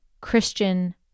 Christian